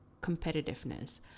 competitiveness